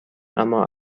اما